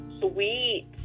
sweet